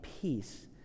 peace